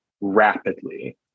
rapidly